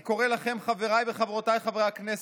אני קורא לכם, חבריי וחברותיי חברי הכנסת: